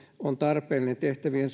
on tarpeellinen tehtävien